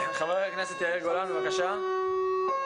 אני חושב